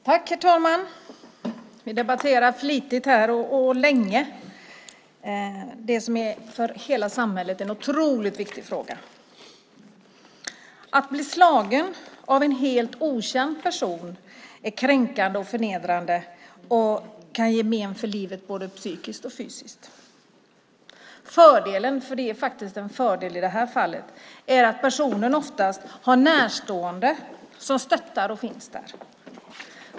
Herr talman! Vi debatterar här flitigt och länge vad som för hela samhället är en otroligt viktig fråga. Att bli slagen av en helt okänd person är kränkande och förnedrande. Det kan ge men för livet både psykiskt och fysiskt. Fördelen - det är faktiskt en fördel i det här fallet - är att personen som drabbas oftast har närstående som stöttar och som finns där.